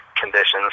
conditions